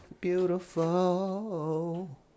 beautiful